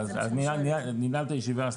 ננעל את הישיבה.